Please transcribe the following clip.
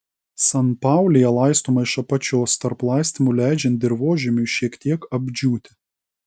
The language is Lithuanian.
sanpaulija laistoma iš apačios tarp laistymų leidžiant dirvožemiui šiek tiek apdžiūti